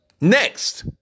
Next